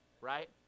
right